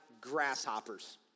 grasshoppers